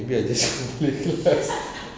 maybe I just play in class